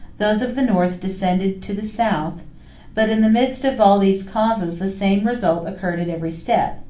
those of the north descended to the south but in the midst of all these causes, the same result occurred at every step,